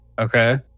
okay